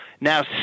Now